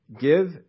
Give